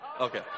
okay